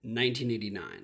1989